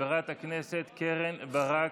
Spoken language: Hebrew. חברת הכנסת קרן ברק,